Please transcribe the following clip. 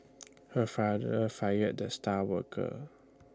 her father fired the star worker